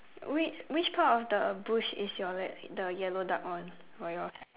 which which part of the bush is your like the yellow duck on for yours